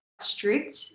strict